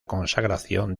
consagración